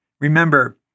Remember